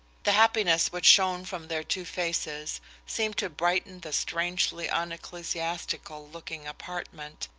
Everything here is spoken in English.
the happiness which shone from their two faces seemed to brighten the strangely unecclesiastical looking apartment,